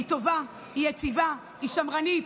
היא טובה, היא יציבה, היא שמרנית.